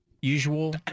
usual